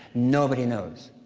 nobody knows.